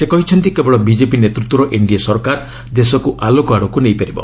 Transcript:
ସେ କହିଛନ୍ତି କେବଳ ବିଜେପି ନେତୃତ୍ୱର ଏନ୍ଡିଏ ସରକାର ଦେଶକୁ ଆଲୋକ ଆଡ଼କୁ ନେଇପାରିବ